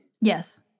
Yes